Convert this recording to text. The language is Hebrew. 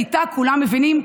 ואותה כולם מבינים.